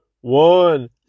one